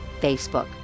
Facebook